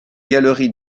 galeries